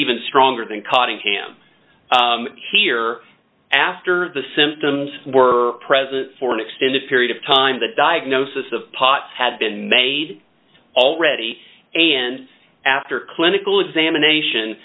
even stronger than cottingham here after the symptoms were present for an extended period of time the diagnosis of pots had been made already and after clinical examination